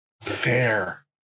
Fair